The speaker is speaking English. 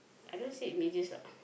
I don't say images what